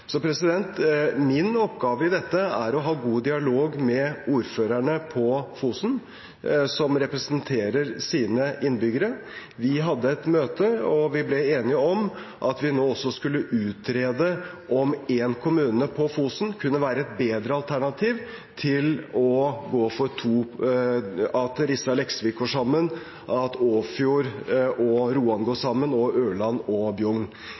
Min oppgave i dette er å ha god dialog med ordførerne på Fosen, som representerer sine innbyggere. Vi hadde et møte, og vi ble enige om at vi nå også skulle utrede om én kommune på Fosen kunne være et bedre alternativ enn å gå for to: at Rissa og Leksvik går sammen, at Åfjord og Roan går sammen – og Ørland og Bjugn.